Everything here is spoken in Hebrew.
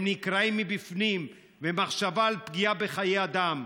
הם נקרעים מבפנים מהמחשבה על פגיעה בחיי אדם,